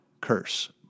curse